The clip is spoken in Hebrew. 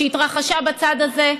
שהתרחשה בצד הזה.